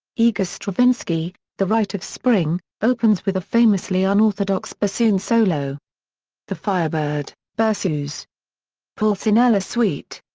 igor stravinsky the rite of spring, opens with a famously unorthodox bassoon solo the firebird, berceuse pulcinella suite.